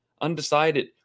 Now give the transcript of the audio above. undecided